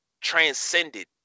transcended